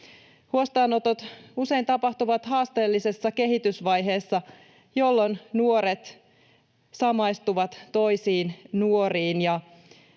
Huostaanotot usein tapahtuvat haasteellisessa kehitysvaiheessa, jolloin nuoret samaistuvat toisiin nuoriin,